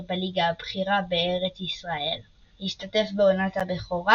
בליגה הבכירה בארץ ישראל השתתף בעונת הבכורה